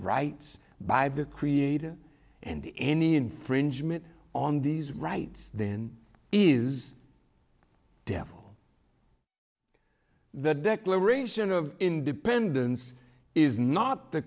rights by the creator and any infringement on these rights then is devil the declaration of independence is not the